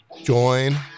Join